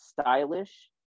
stylish